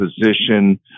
position